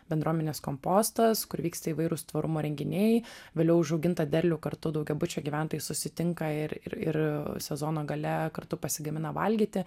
bendruomenės kompostas kur vyksta įvairūs tvarumo renginiai vėliau užaugintą derlių kartu daugiabučio gyventojai susitinka ir ir ir sezono gale kartu pasigamina valgyti